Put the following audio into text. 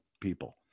people